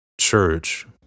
church